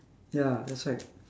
ya that's right